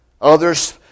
Others